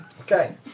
Okay